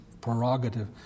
prerogative